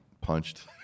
punched